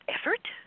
effort